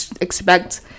expect